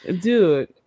Dude